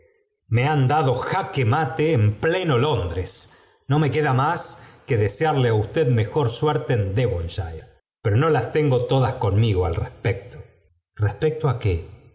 me han dado jaque mate en pleno londres no me queda más que desearle á usted mejor suerte en devonshire pero no las tengo todas conmigo al respecto respecto á qué